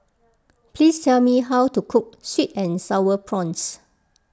please tell me how to cook Sweet and Sour Prawns